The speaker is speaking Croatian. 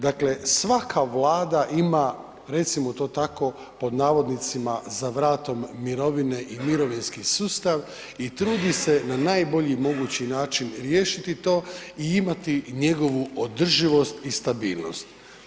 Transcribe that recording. Dakle svaka Vlada ima recimo to tako „za vratom“ mirovine i mirovinski sustav i trudi se na najbolji mogući način riješiti to i imati njegovu održivost i stabilnost.